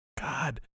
God